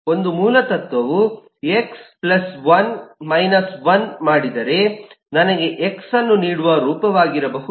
ಆದ್ದರಿಂದ ಒಂದು ಮೂಲತತ್ವವು ಎಕ್ಸ್ 1 1 ಮಾಡಿದರೆ ನನಗೆ ಎಕ್ಸ್ ಅನ್ನು ನೀಡುವ ರೂಪವಾಗಿರಬಹುದು